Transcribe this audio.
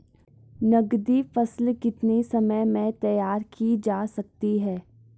नगदी फसल कितने समय में तैयार की जा सकती है?